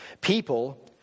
People